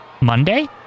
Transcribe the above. Monday